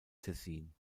tessin